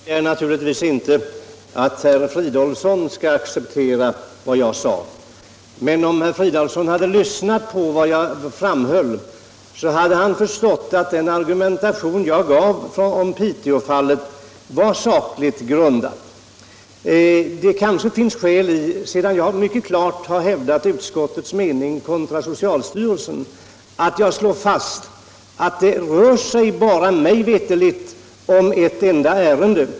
Herr talman! Jag begär naturligtvis inte att herr Fridolfsson skall acceptera vad jag sade. Men om herr Fridolfsson hade lyssnat till vad jag sade hade han förstått att den argumentation jag förde i fråga om Piteåfallet var sakligt grundad. Sedan jag nu mycket klart har hävdat utskottets mening kontra socialstyrelsen finns det kanske skäl att slå fast att det mig veterligt rör sig om ett enda ärende.